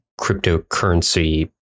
cryptocurrency